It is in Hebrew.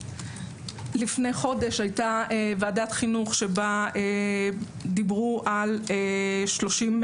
לפני חודש הייתה ועדת חינוך שבה דיברו על תוספת